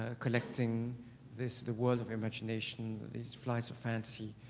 ah collecting this, the world of imagination, these flights of fancy,